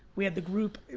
we had the group,